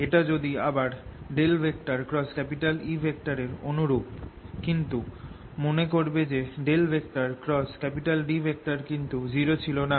এটা আবার E0 এর অনুরুপ কিন্তু মনে করবে যে D কিন্তু 0 ছিল না